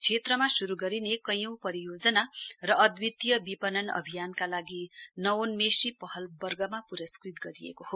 क्षेत्रमा शरू गरिने कैयौं परियोजना र अद्वितीय विपणन अभियानका लागि नवोन्मेषी पहल वर्गमा पुरस्कृत गरिएको हो